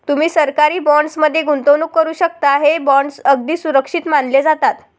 तुम्ही सरकारी बॉण्ड्स मध्ये गुंतवणूक करू शकता, हे बॉण्ड्स अगदी सुरक्षित मानले जातात